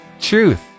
truth